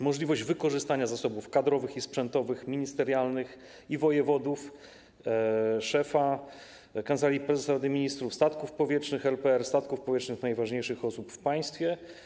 Możliwość wykorzystania zasobów kadrowych i sprzętowych ministrów i wojewodów, szefa Kancelarii Prezesa Rady Ministrów, statków powietrznych LPR, statków powietrznych najważniejszych osób w państwie.